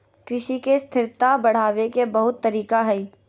कृषि के स्थिरता बढ़ावे के बहुत तरीका हइ